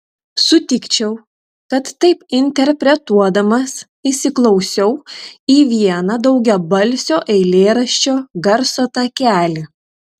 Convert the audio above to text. sutikčiau kad taip interpretuodamas įsiklausiau į vieną daugiabalsio eilėraščio garso takelį